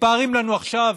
מתפארים לנו עכשיו,